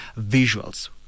visuals